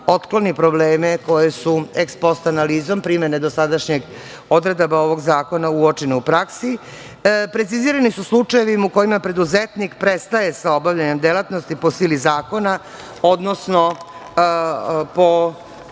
otkloni probleme koji su eks post analizom primene dosadašnjih odredaba ovog zakona uočene u praksi. Precizirani su slučajevi u kojima preduzetnik prestaje sa obavljanjem delatnosti po sili zakona, odnosno